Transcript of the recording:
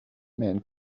man